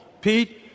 Pete